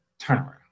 turnaround